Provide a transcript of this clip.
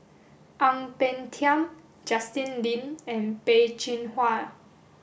Ang Peng Tiam Justin Lean and Peh Chin Hua